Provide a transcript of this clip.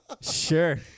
Sure